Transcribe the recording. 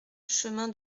chemin